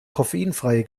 koffeinfreie